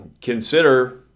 consider